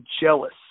jealous